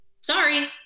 sorry